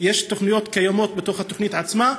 יש תוכניות קיימות בתוך התוכנית עצמה?